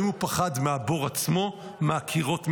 האם הוא פחד מהבור עצמו או מהקירות מסביבו?